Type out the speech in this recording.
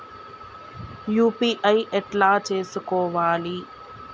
UPI ఎట్లా చేసుకోవాలి?